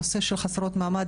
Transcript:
הנושא של חסרות מעמד,